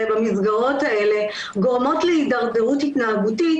במסגרות האלה גורמות להידרדרות התנהגותית